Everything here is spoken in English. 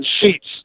sheets